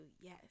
Yes